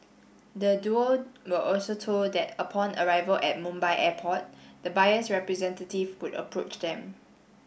the duo were also told that upon arrival at Mumbai Airport the buyer's representative would approach them